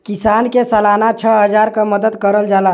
किसान के सालाना छः हजार क मदद करल जाला